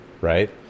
right